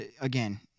again